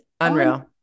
unreal